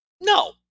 No